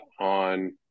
on